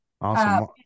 Awesome